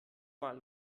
mal